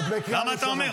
תפסיקו לשקר.